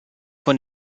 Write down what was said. von